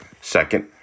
Second